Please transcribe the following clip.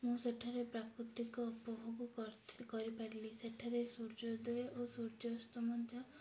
ମୁଁ ସେଠାରେ ପ୍ରାକୃତିକ ଉପଭୋଗ କର କରିପାରିଲି ସେଠାରେ ସୂର୍ଯ୍ୟୋଦୟ ଓ ସୂର୍ଯ୍ୟ୍ୟାସ୍ତ ମଧ୍ୟ